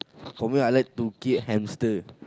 for me I like to keep hamster